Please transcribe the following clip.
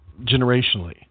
generationally